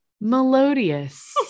melodious